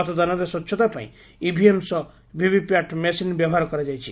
ମତଦାନରେ ସ୍ୱଚ୍ଛତା ପାଇଁ ଇଭିଏମ୍ ସହ ଭିଭି ପ୍ୟାଟ୍ ମେସିନ୍ ବ୍ୟବହାର କରାଯାଇଛି